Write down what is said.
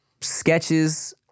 sketches